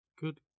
Good